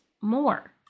more